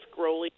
scrolling